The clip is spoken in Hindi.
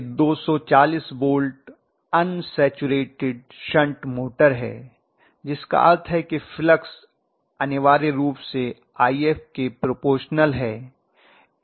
यह 240 वोल्ट अनसैचुरेटेड शंट मोटर है जिसका अर्थ है कि फ्लक्स अनिवार्य रूप से If के प्रपोर्शनल है